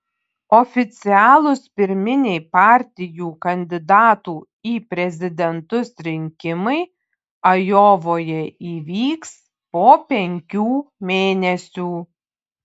oficialūs pirminiai partijų kandidatų į prezidentus rinkimai ajovoje įvyks po penkių mėnesių